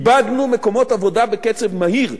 איבדנו מקומות עבודה בקצב מהיר,